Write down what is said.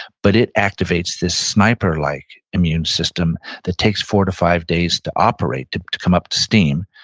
but it activates this sniper-like immune system that takes four to five days to operate, to to come up to steam,